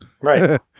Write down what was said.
Right